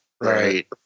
Right